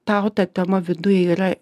tau ta tema viduj yra